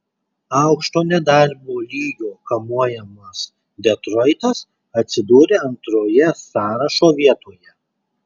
aukšto nedarbo lygio kamuojamas detroitas atsidūrė antrojoje sąrašo vietoje